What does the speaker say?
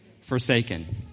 Forsaken